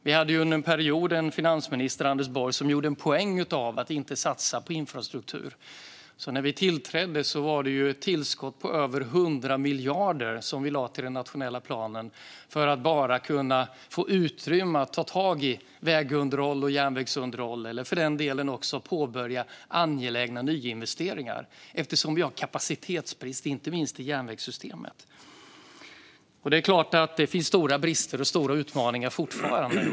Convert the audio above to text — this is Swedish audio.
Vi hade under en period en finansminister, Anders Borg, som gjorde en poäng av att inte satsa på infrastruktur. När vi tillträdde lade vi ett tillskott på över 100 miljarder till den nationella planen för att få utrymme att ta tag i vägunderhåll och järnvägsunderhåll - eller för del delen också påbörja angelägna nyinvesteringar, eftersom vi har kapacitetsbrist inte minst i järnvägssystemet. Det är klart att det finns stora brister och stora utmaningar fortfarande.